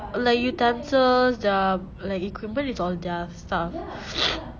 like utensils their like equipment is all their stuff